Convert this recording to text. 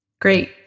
Great